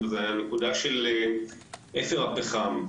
הנקודה של אפר הפחם.